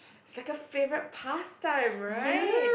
is like a favourite past time right